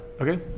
okay